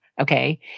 Okay